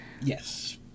yes